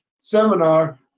seminar